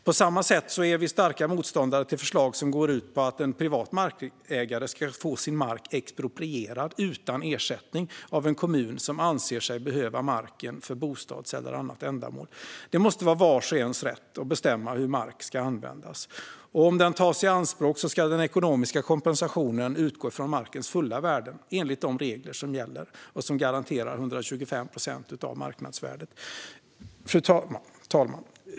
På samma sätt är vi starka motståndare till förslag som går ut på att en privat markägare ska få sin mark exproprierad utan ersättning av en kommun som anser sig behöva marken för bostadsändamål eller annat ändamål. Det måste vara vars och ens rätt att bestämma hur mark ska användas. Om den tas i anspråk ska den ekonomiska kompensationen utgå från markens fulla värde enligt de regler som gäller och som garanterar 125 procent av marknadsvärdet. Fru talman!